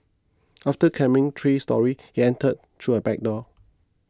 after climbing three storey she entered through a back door